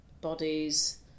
bodies